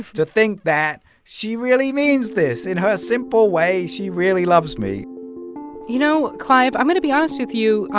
to think that she really means this. in her simple way, she really loves me you know, clive, i'm going to be honest with you.